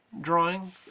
drawing